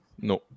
no